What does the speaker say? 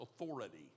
authority